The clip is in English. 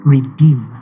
Redeem